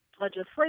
legislation